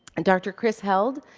and dr. kris held,